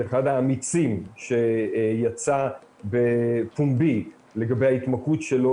אחד האמיצים שיצא בפומבי לגבי ההתמכרות שלו